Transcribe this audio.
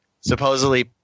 supposedly